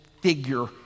figure